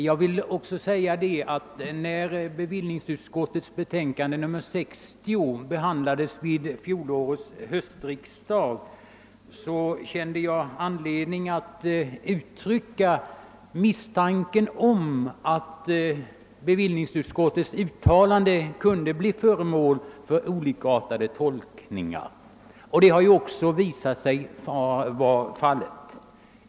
Jag vill också säga att när bevillningsutskottets betänkande nr 60 behandlades vid fjolårets höstriksdag kände jag anledning uttrycka misstanke om att bevillningsutskottets uttalande kunde bli föremål för olikartade tolkningar, och det har också visat sig vara fallet.